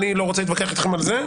אני לא רוצה להתווכח אתכם על זה,